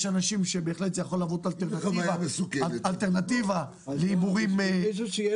יש אנשים שזה בהחלט יכול להוות אלטרנטיבה להימורים בלתי